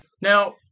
Now